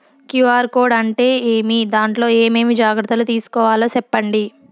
QR code అంటే ఏమి? దాంట్లో ఏ ఏమేమి జాగ్రత్తలు తీసుకోవాలో సెప్పండి?